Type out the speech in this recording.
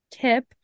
tip